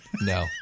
No